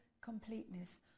completeness